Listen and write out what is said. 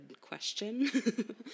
question